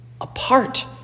apart